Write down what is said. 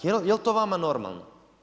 Jel' to vama normalno?